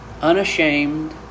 Unashamed